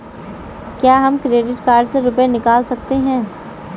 क्या हम credit card से रुपये निकाल सकते हैं?